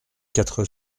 quatre